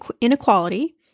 inequality